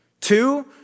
Two